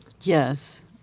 yes